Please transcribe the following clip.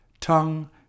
tongue